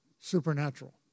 supernatural